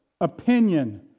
opinion